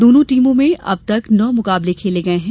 दोनों टीमों में अब तक नौ मुकाबले खेले गए हैं